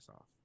off